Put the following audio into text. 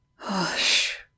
Hush